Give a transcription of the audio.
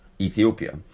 Ethiopia